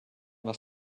was